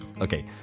Okay